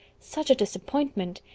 such a disappointment!